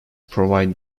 provide